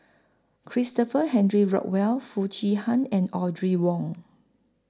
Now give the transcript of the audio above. Christopher Henry Rothwell Foo Chee Han and Audrey Wong